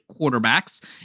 quarterbacks